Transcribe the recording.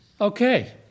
Okay